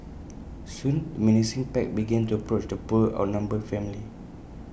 soon the menacing pack began to approach the poor outnumbered family